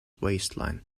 waistline